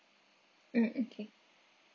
mm okay